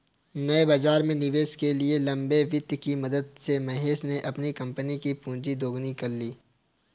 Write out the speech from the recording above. नए बाज़ार में निवेश के लिए भी लंबे वित्त की मदद से महेश ने अपनी कम्पनी कि पूँजी दोगुनी कर ली